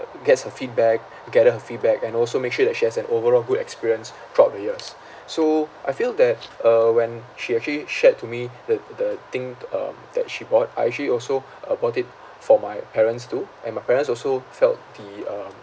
gets her feedback gather her feedback and also make sure that she has an overall good experience throughout the years so I feel that uh when she actually shared to me that the thing um that she bought I actually also uh bought it for my parents too and my parents also felt the um